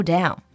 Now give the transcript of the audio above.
Down